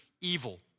evil